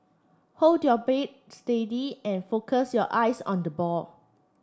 hold your bat steady and focus your eyes on the ball